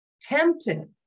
tempted